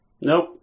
Nope